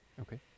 Okay